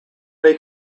they